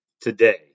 today